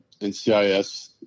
NCIS